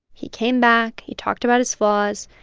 he came back. he talked about his flaws.